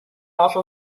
also